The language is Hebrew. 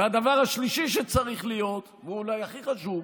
הדבר השלישי שצריך להיות, והוא אולי הכי חשוב,